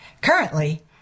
Currently